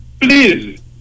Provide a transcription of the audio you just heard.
please